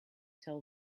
tell